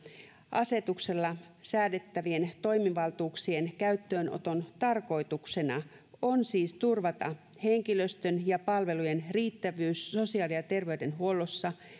asetuksella säädettävien toimivaltuuksien käyttöönoton tarkoituksena on siis turvata henkilöstön ja palvelujen riittävyys sosiaali ja terveydenhuollossa